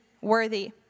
worthy